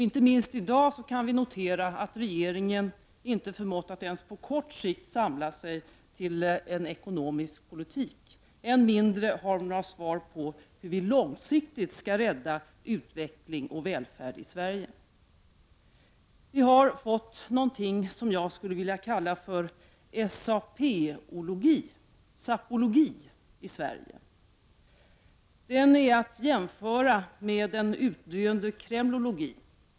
Inte minst i dag kan vi notera att regeringen inte förmått att ens på kort sikt samla sig till en ekonomisk politik, än mindre har den några svar på hur vi långsiktigt skall rädda utveckling och välfärd i Sverige. Vi har fått någonting som jag skulle vilja kalla SAP-ologi, sapologi, i Sverige. Den är att jämföra med den utdöende kremlologin.